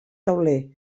tauler